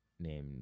named